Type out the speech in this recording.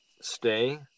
stay